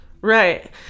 Right